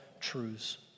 truths